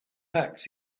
packs